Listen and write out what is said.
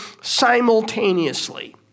simultaneously